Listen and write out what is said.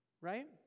Right